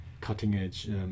cutting-edge